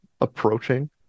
approaching